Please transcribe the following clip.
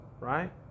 right